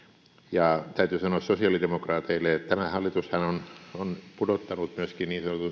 ja sitten on aito veronkevennys ja täytyy sanoa sosiaalidemokraateille että tämä hallitushan on pudottanut myöskin niin